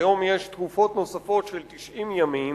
כיום יש תקופות נוספות של 90 ימים,